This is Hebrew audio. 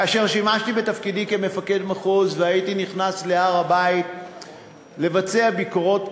כאשר שימשתי בתפקיד מפקד המחוז והייתי נכנס להר-הבית לבצע ביקורות,